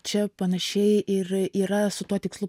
čia panašiai ir yra su tuo tikslu